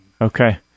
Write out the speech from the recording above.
Okay